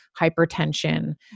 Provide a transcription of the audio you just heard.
hypertension